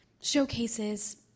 showcases